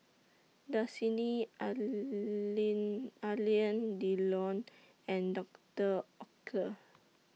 Dasani Alain Delon and Doctor Oetker